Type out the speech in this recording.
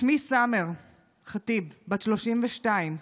שמי סאמר חטיב, בת 32,